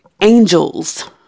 angels